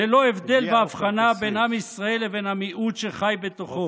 ללא הבדל והבחנה בין עם ישראל לבין המיעוט שחי בתוכו.